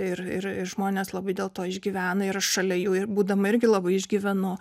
ir ir žmonės labai dėl to išgyvena ir aš šalia jų būdama irgi labai išgyvenu